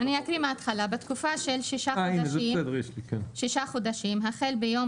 התחילה: "בתקופה של שישה חודשים החל ביום